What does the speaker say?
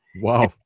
Wow